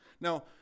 Now